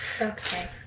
Okay